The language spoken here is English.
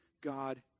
God